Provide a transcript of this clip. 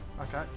Okay